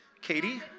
Katie